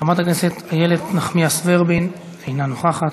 חברת הכנסת איילת נחמיאס ורבין, אינה נוכחת.